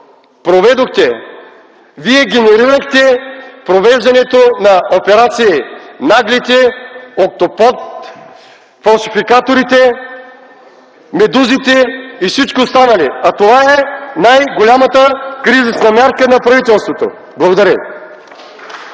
проведохте, вие генерирахте провеждането на операции „Наглите”, „Октопод”, „Фалшификаторите”, „Медузите” и всички останали, а това е най-голямата антикризисна мярка на правителството. Благодаря